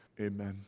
amen